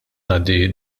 ngħaddi